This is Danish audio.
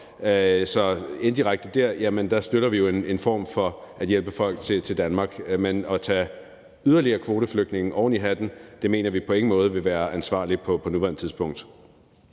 indirekte dér en form for hjælp til at få folk til Danmark. Men at tage yderligere kvoteflygtninge oven i hatten mener vi på ingen måde vil være ansvarligt på nuværende tidspunkt.